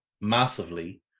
massively